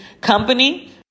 company